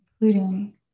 including